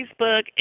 Facebook